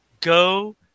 go